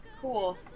cool